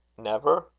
never?